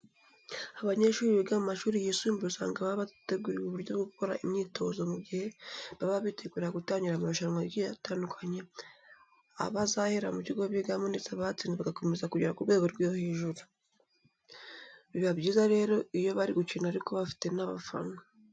Abanyeshuri biga mu mashuri yisumbuye usanga baba barateguriwe uburyo bwo gukora imyitozo mu gihe baba bitegura gutangira amarushanwa agiye atandukanye aba azahera mu kigo bigamo ndetse abatsinze bagakomeza kugera ku rwego rwo hejuru. Biba byiza rero iyo bari gukina ariko bafite n'abafana.